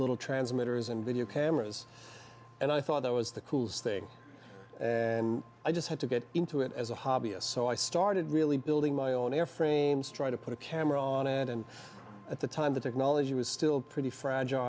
little transmitters and video cameras and i thought that was the coolest thing and i just had to get into it as a hobbyist so i started really building my own airframes trying to put a camera on it and at the time the technology was still pretty